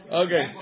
okay